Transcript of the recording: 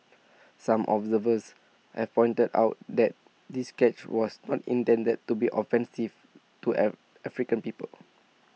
some observers have pointed out that this sketch was not intended to be offensive to air African people